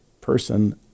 person